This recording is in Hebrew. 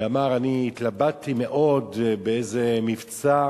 הוא אמר: אני התלבטתי מאוד באיזה מבצע